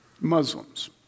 Muslims